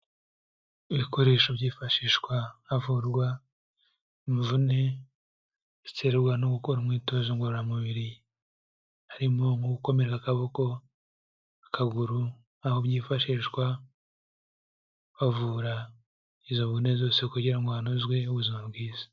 Ibikoresho byifashishwa havurwa imvune ziterwa no gukora imyitozo ngororamubiri harimo nko gukomera akaboko, akaguru, aho byifashishwa havura izo mvune zose kugira ngo hanozwe ubuzima bwiza.